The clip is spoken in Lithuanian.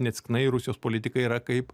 neatsitiktinai rusijos politikai yra kaip